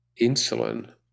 insulin